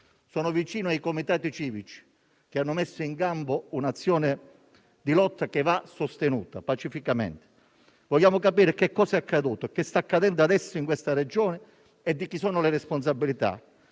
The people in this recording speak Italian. Sono vicino ai comitati civici, che hanno messo in campo un'azione di lotta che va sostenuta pacificamente. Vogliamo capire cos'è accaduto, cosa sta accadendo adesso in questa Regione e di chi sono le responsabilità.